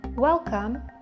Welcome